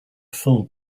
full